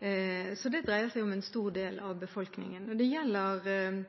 dreier seg om en stor del av befolkningen. Når det gjelder